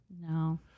No